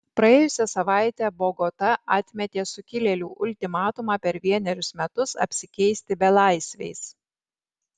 praėjusią savaitę bogota atmetė sukilėlių ultimatumą per vienerius metus apsikeisti belaisviais